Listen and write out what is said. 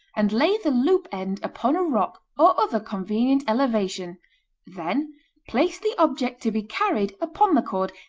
and lay the loop end upon a rock or other convenient elevation then place the object to be carried upon the cord,